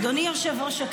אדוני היושב-ראש,